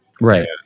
right